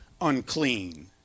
unclean